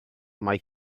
mae